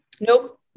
Nope